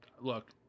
look